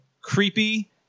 creepy